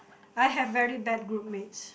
I have very bad group mates